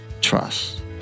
trust